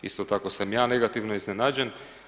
Isto tako sam ja negativno iznenađen.